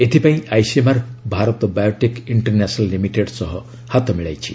ଏଥିପାଇଁ ICMR Bharat biotech international limited ସହ ହାତ ମିଳାଇଛି